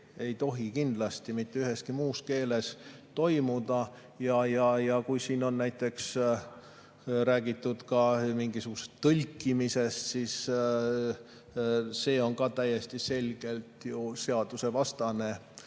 ei tohi kindlasti mitte üheski muus keeles toimuda. Ja kui siin on näiteks räägitud ka mingisugusest tõlkimisest, siis see on täiesti selgelt seadusevastane,